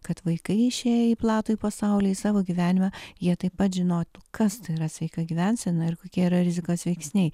kad vaikai išėję į platųjį pasaulį į savo gyvenimą jie taip pat žinotų kas yra sveika gyvensena ir kokie yra rizikos veiksniai